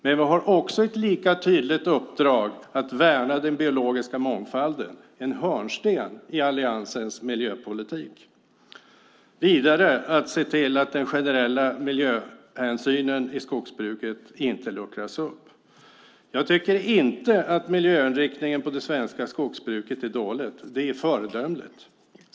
Men vi har ett lika tydligt uppdrag att värna den biologiska mångfalden - en hörnsten i alliansens miljöpolitik. Vi ska vidare se till att den generella miljöhänsynen i skogsbruket inte luckras upp. Jag tycker inte att miljöinriktningen på det svenska skogsbruket är dålig - den är föredömlig.